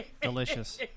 Delicious